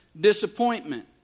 disappointment